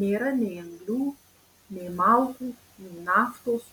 nėra nei anglių nei malkų nei naftos